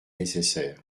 nécessaire